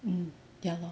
mm ya lor